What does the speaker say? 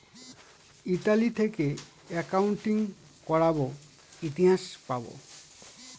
Italy থেকে accounting করাবো ইতিহাস পাবো